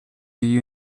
you